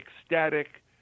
ecstatic